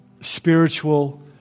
spiritual